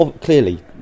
clearly